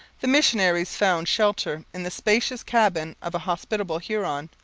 the missionaries found shelter in the spacious cabin of a hospitable huron,